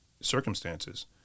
circumstances